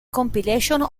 compilation